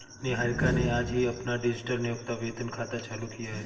निहारिका ने आज ही अपना डिजिटल नियोक्ता वेतन खाता चालू किया है